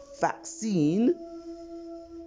vaccine